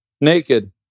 naked